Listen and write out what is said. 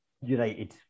United